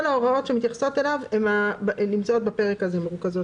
ההוראות שמתייחסות אליו מרוכזות בפרק הזה.